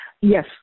yes